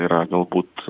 yra galbūt